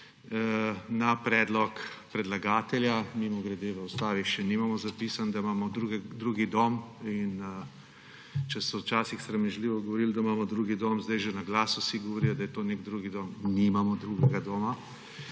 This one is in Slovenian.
na predlog predlagatelja – mimogrede, v ustavi še vedno nimamo zapisano, da imamo drugi dom, in če so včasih sramežljivo govorili, da imamo drugi dom, zdaj že na glas vsi govorijo, da je to nek drugi dom, vendar nimamo drugega doma